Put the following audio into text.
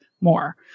more